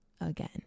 again